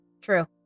True